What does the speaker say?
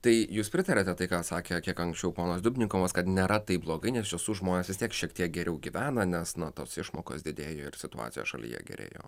tai jūs pritariate tai ką sakė kiek anksčiau ponas dubnikovas kad nėra taip blogai nes iš tiesų žmonės vis tiek šiek tiek geriau gyvena nes nuo tos išmokos didėjo ir situacija šalyje gerėjo